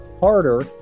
harder